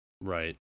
Right